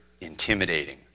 intimidating